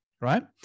right